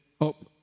up